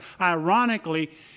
Ironically